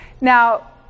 Now